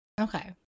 Okay